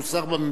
שהוא שר בממשלה,